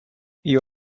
you